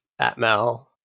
Atmel